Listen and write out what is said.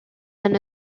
than